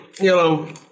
yellow